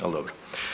Ali dobro.